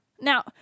Now